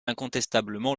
incontestablement